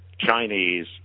Chinese